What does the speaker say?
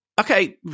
Okay